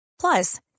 Plus